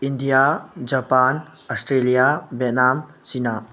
India Japan Australia Vietnam China